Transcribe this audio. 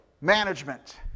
management